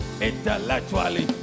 intellectually